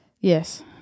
Yes